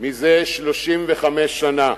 זה 35 שנה.